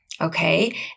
Okay